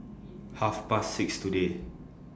Half Past six today